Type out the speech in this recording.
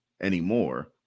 anymore